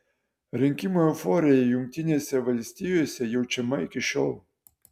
rinkimų euforija jungtinėse valstijose jaučiama iki šiol